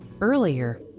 earlier